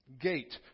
gate